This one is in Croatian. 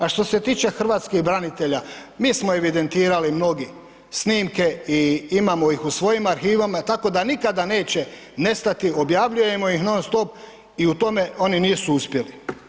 A što se tiče hrvatskih branitelja, mi smo evidentirali mnogi snimke i imamo ih u svojim arhivama tako da nikada neće nestati, objavljujemo ih non stop i u tome oni nisu uspjeli.